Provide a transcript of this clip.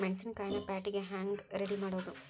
ಮೆಣಸಿನಕಾಯಿನ ಪ್ಯಾಟಿಗೆ ಹ್ಯಾಂಗ್ ರೇ ರೆಡಿಮಾಡೋದು?